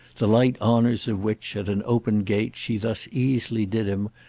the light honours of which, at an open gate, she thus easily did him,